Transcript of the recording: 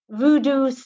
voodoo